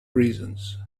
reasons